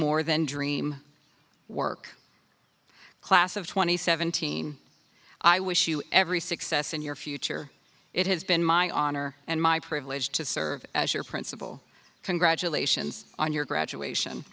more than dream work class of twenty seventeen i wish you every success in your future it has been my honor and my privilege to serve as your principal congratulations on your graduation